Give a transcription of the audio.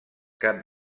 cap